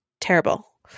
terrible